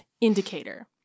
indicator